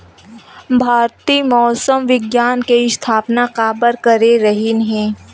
भारती मौसम विज्ञान के स्थापना काबर करे रहीन है?